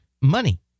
money